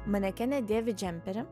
manekenė dėvi džemperį